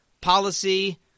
policy